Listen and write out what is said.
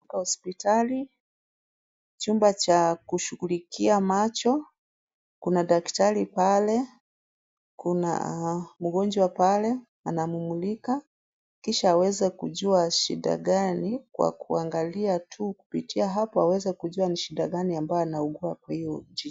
Kwa hospitali, chumba cha kushughulikia macho kuna daktari pale, kuna mgonjwa pale anammulika kisha aweze kujua shida gani kwa kuangalia tu kupitia hapo aweze kujua ni shida gani ambayo anaugua kwa hiyo jicho.